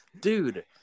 dude